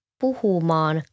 puhumaan